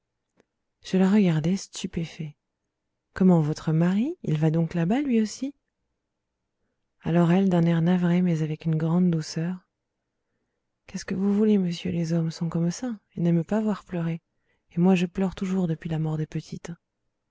je la regardai stupéfait comment votre mari il va donc là-bas lui aussi alors elle d'un air navré mais avec une grande douceur qu'est-ce que vous voulez monsieur les hommes sont comme ça ils n'aiment pas voir pleurer et moi je pleure toujours depuis la mort des petites